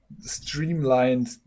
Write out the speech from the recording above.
streamlined